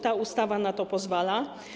Ta ustawa na to pozwala.